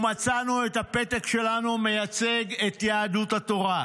ומצאנו את הפתק שלנו מייצג את יהדות התורה.